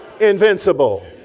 invincible